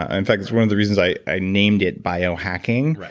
ah in fact that's one of the reasons i i name it biohacking.